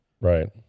Right